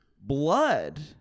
blood